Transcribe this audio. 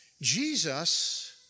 Jesus